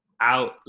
Out